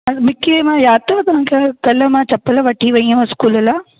हलो मिकीअ मां यादि अथव तव्हांखे कल्ह मां चपल वठी वई आहियां स्कूल लाइ